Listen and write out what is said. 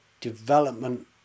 development